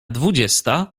dwudziesta